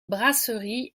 brasserie